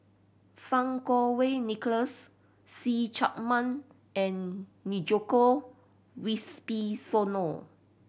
Fang Kuo Wei Nicholas See Chak Mun and Djoko Wibisono